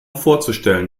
vorzustellen